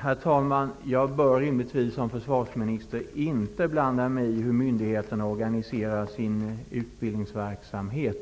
Herr talman! Jag bör rimligtvis som försvarsminister inte blanda mig i hur myndigheterna organiserar sin utbildningsverksamhet.